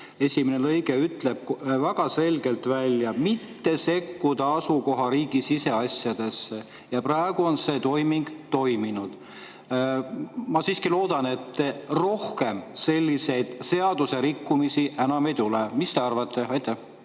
esimene lõige ütleb väga selgelt välja: mitte sekkuda asukohariigi siseasjadesse. Ja praegu on see toiming toimunud. Ma siiski loodan, et rohkem selliseid seadusrikkumisi ei tule. Mis te arvate? Aitäh!